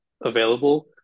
available